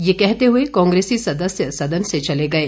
ये कहते हुए कांग्रेसी सदस्य सदन से चले गए